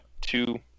two